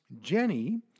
Jenny